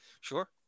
Sure